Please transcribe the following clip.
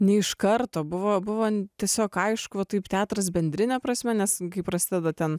ne iš karto buvo buvo tiesiog aišku taip teatras bendrine prasme nes kaip prasideda ten